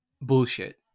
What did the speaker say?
bullshit